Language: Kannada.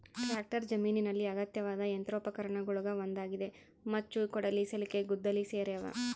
ಟ್ರಾಕ್ಟರ್ ಜಮೀನಿನಲ್ಲಿ ಅಗತ್ಯವಾದ ಯಂತ್ರೋಪಕರಣಗುಳಗ ಒಂದಾಗಿದೆ ಮಚ್ಚು ಕೊಡಲಿ ಸಲಿಕೆ ಗುದ್ದಲಿ ಸೇರ್ಯಾವ